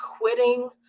quitting